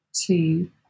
two